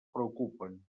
preocupen